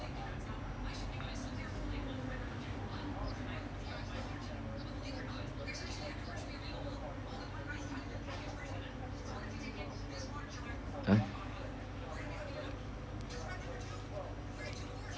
!huh!